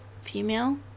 female